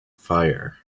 fire